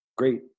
Great